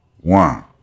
One